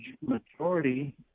majority